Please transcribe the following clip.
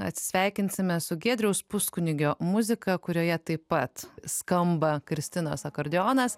atsisveikinsime su giedriaus puskunigio muzika kurioje taip pat skamba kristinos akordeonas